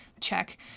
Check